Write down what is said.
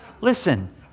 Listen